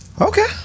Okay